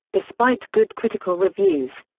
despite good critical reviews.